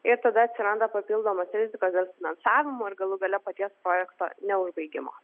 ir tada atsiranda papildomas rizikas dėl finansavimo ir galų gale paties projekto neužbaigimas